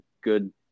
good